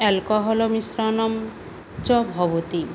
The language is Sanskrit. एल्कोहल् मिस्रणं च भवति